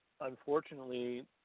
unfortunately –